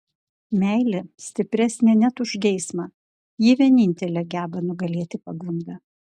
meilė stipresnė net už geismą ji vienintelė geba nugalėti pagundą